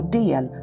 del